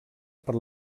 per